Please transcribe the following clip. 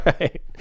right